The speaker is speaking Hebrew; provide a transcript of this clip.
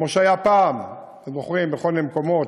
כמו שהיה פעם, אתם זוכרים, בכל מיני מקומות,